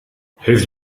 heeft